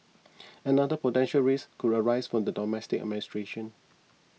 another potential risk could arise from the domestic administration